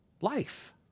life